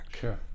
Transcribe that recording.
Sure